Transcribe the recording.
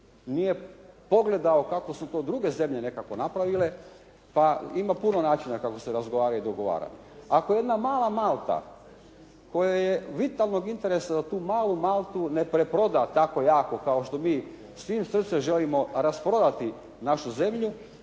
nije pogledao kako su to druge zemlje nekako napravile, pa ima puno načina kako se razgovara i dogovara. Ako jedna mala Malta koja je od vitalnog interesa da tu malu Maltu ne preproda tako jako kao što mi svim srcem želimo rasprodati našu zemlju,